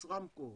ישראמקו,